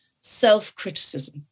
self-criticism